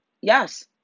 yes